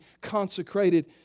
consecrated